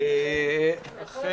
אכן